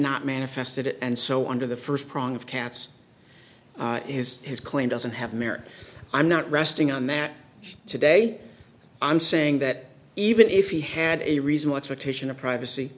not manifested it and so under the first prong of cats is his claim doesn't have merit i'm not resting on that today i'm saying that even if he had a reason what's the titian of privacy